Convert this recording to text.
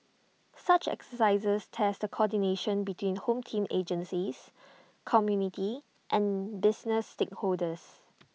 such exercises test the coordination between home team agencies community and business stakeholders